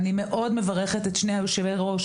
אני מאוד מברכת את שני יושבי הראש